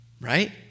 right